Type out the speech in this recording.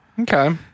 Okay